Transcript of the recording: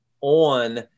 on